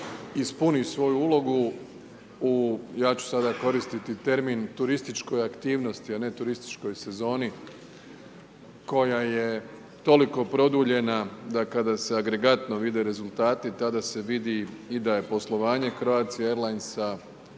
ispuni svoju ulogu u ja ću sada koristiti termin turističkoj aktivnosti a ne turističkoj sezoni koja je toliko produljena da kada se agregatno vide rezultati, tada se vidi i da je poslovanje Croatie Airlinesa